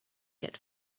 get